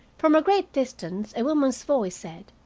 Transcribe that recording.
from a great distance a woman's voice said,